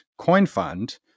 CoinFund